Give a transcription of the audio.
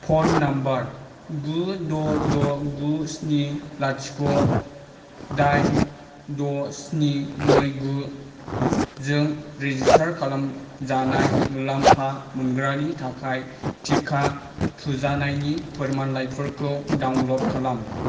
phone number गु द' द' गु स्नि लाथिख' दाइन द' स्नि नै गु जों रेजिस्टार खालामजानाय मुलामफा मोनग्रानि थाखाय टिका थुजानायनि फोरमानलाइफोरखौ डाउनल'ड खालाम